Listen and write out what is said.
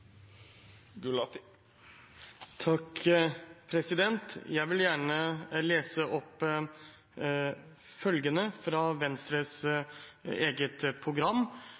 Jeg vil gjerne lese opp følgende fra Venstres eget program,